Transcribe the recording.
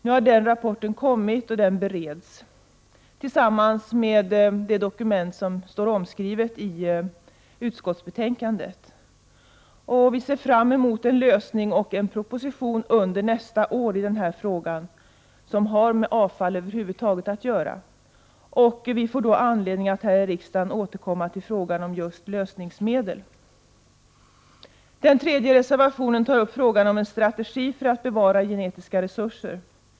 Nu har den rapporten kommit, och den bereds tillsammans med det dokument som står omnämnt i utskottsbetänkandet. Vi ser fram mot en lösning och mot en proposition i ärendet under nästa år. Denna fråga har ju med avfall över huvud taget att göra. Vi får då anledning att återkomma till frågan om just lösningsmedel. Den tredje reservationen tar upp frågan om en strategi för att bevara genetiska resurser.